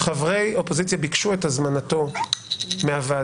חברי אופוזיציה ביקשו את הזמנתו לוועדה,